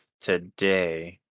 today